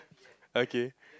okay